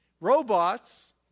Robots